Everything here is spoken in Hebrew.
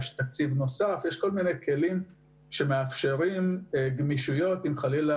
יש תקצבי נוסף ועוד כלים שמאפשרים גמישות אם חלילה